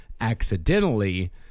accidentally